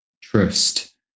trust